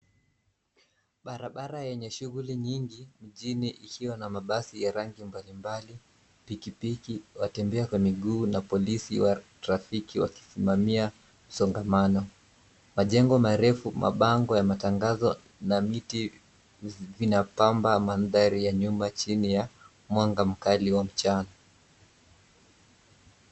Barabara yenye shughuli nyingi mjini ikiwa na mabasi ya rangi mbalimbali ,pikipiki, watembea kwa miguu na polisi wa trafiki wakisimamia msongamano. Majengo marefu ,mabango ya matangazo na miti vinapamba mandhari ya nyuma chini ya mwanga mkali wa mchana.